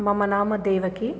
मम नाम देवकी